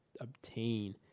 obtain